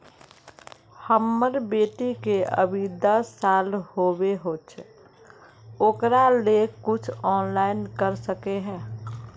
हमर बेटी के अभी दस साल होबे होचे ओकरा ले कुछ ऑनलाइन कर सके है?